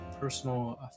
personal